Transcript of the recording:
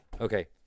Okay